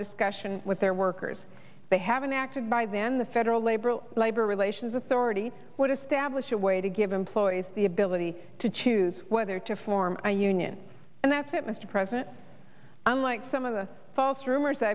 discussion with their workers they haven't acted by then the federal labor labor relations authority would establish a way to give employees the ability to choose whether to form a union and that's it mr president unlike some of the false rumors